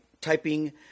typing